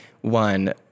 one